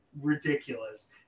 ridiculous